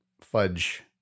fudge